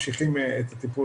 אחרי צוהריים ימשיכו טיפול,